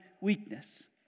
weakness